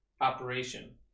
Operation